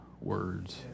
words